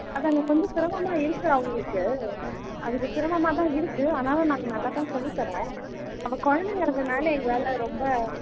அதாங்க கொஞ்சம் சிரமமாக இருக்கு அவங்களுக்கு அவளுக்கு சிரமமாக தான் இருக்கு ஆனாலும் நாங்கள் நல்லா தான் சொல்லித்தரோம் அவள் குழந்தைங்கிறதுனால எங்களால் ரொம்ப